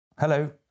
Hello